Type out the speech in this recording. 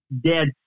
Dead